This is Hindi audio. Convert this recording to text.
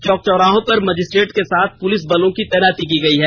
चौक चौराहों पर मजिस्ट्रेट के साथ पुलिस बलों की तैनाती की गयी है